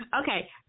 okay